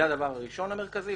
זה הדבר הראשון המרכזי.